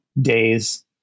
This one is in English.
days